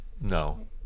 No